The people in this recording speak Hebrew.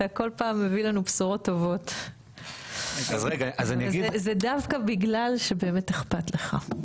אתה מביא לנו בשורות טובות בכל פעם; דווקא בגלל שבאמת אכפת לך.